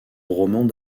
romans